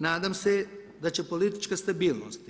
Nadam se da će politička stabilnost